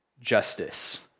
justice